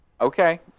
Okay